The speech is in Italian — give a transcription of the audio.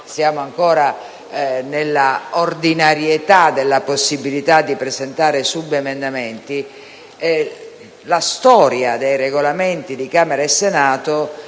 mantenendo un'ordinarietà nella possibilità di presentare subemendamenti), la storia dei Regolamenti di Camera e Senato